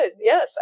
yes